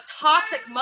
toxic